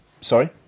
Sorry